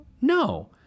no